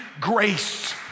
grace